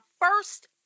first